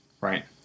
Right